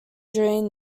during